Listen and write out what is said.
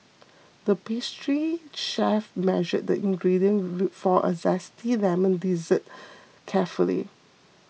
the pastry chef measured the ingredients for a Zesty Lemon Dessert carefully